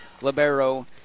Libero